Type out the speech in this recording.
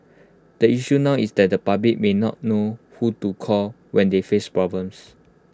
the issue now is that the public may not know who to call when they face problems